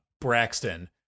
Braxton